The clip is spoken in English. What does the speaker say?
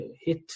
hit